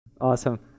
Awesome